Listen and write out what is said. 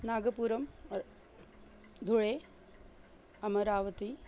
Nagapuram Dhule Amravati